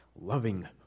loving